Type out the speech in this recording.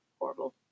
horrible